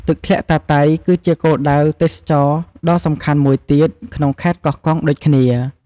ទឹកធ្លាក់តាតៃ គឺជាគោលដៅទេសចរណ៍ដ៏សំខាន់មួយទៀតក្នុងខេត្តកោះកុងដូចគ្នា។